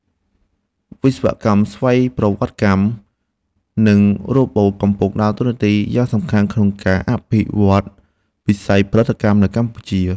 វិស្វកម្មស្វ័យប្រវត្តិកម្ម និងរ៉ូបូតកំពុងតែដើរតួនាទីយ៉ាងសំខាន់ក្នុងការអភិវឌ្ឍវិស័យផលិតកម្មនៅកម្ពុជា។